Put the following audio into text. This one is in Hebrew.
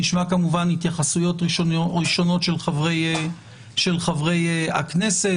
נשמע כמובן התייחסויות ראשונות של חברי הכנסת